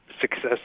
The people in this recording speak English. success